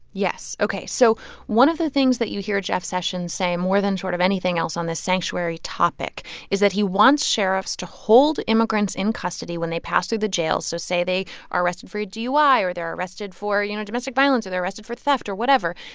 yes. ok. so one of the things that you hear jeff sessions say more than sort of anything else on this sanctuary topic is that he wants sheriffs to hold immigrants in custody when they pass through the jails. so say they are arrested for a dui or they're arrested for, you know, domestic violence or they're arrested for theft or whatever.